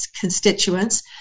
constituents